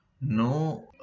no